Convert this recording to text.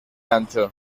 ancho